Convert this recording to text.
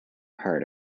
part